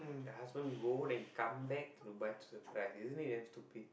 the husband go then come back to Dubai to surprise isn't it damn stupid